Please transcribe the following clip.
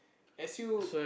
as you